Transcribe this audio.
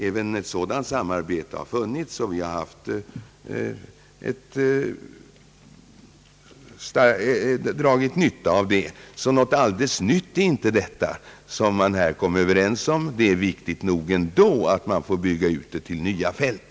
även här har samarbete skett, och vi har dragit nytta av det, så något alldeles nytt är det inte som man här kom överens om. Det är viktigt nog ändå att man fått bygga ut samarbetet till nya fält.